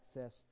access